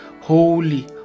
holy